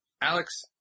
Alex